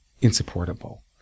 insupportable